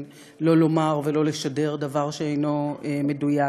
לא לומר ולא לשדר דבר שאינו מדויק,